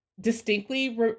distinctly